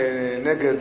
נגד,